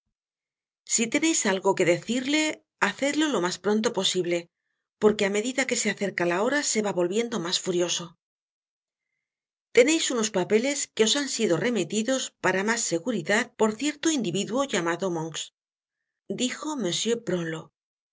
si teneis algo que decirle hacedlo lo mas pronto posible porque á medida que se acerca la hora se vá volviendo mas furioso content from google book search generated at teneis unos papeles que os han sido remitidos para mas seguridad por cierto individuo llamado monks dijo